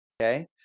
okay